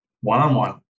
one-on-one